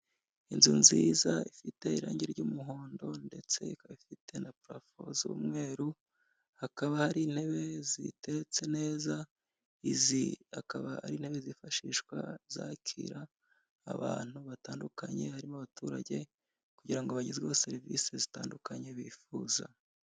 Inzu nziza ifite irangi ry'umuhondo ndetse ikaba ifite na parafo z'umweru, hakaba hari intebe ziteretse neza, izi akaba ari nazo zifashishwa, zakira abantu batandukanye, harimo abaturage kugira ngo bagezweho serivisi zitandukanye bifuza.